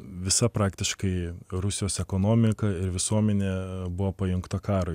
visa praktiškai rusijos ekonomika ir visuomenė buvo pajungta karui